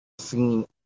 seen